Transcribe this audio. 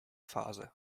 phase